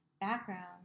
background